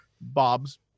Bob's